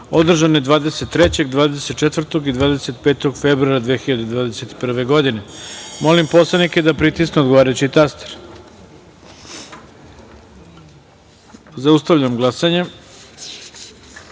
održane 23, 24. i 25. februara 2021. godine. Molim poslanike da pritisnu odgovarajući taster. Zaustavljam glasanje: